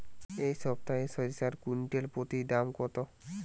এই সপ্তাহে সরিষার কুইন্টাল প্রতি দাম কত?